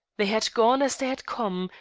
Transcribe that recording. they had gone as they had come,